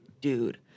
dude